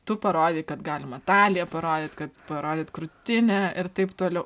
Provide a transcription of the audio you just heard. tu parodei kad galima taliją parodyt kad parodyt krūtinę ir taip toliau